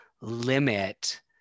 limit